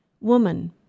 Woman